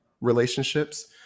relationships